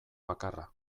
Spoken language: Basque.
bakarra